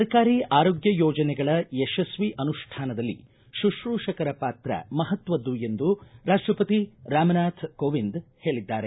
ಸರ್ಕಾರಿ ಆರೋಗ್ಯ ಯೋಜನೆಗಳ ಯಶಸ್ವಿ ಅನುಷ್ಠಾನದಲ್ಲಿ ಶುತ್ರೂಷಕರ ಪಾತ್ರ ಮಹತ್ವದ್ದು ಎಂದು ರಾಷ್ಟಪತಿ ರಾಮನಾಥ ಕೋವಿಂದ ಹೇಳಿದ್ದಾರೆ